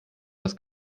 das